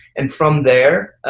and from there,